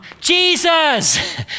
Jesus